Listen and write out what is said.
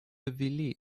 ввели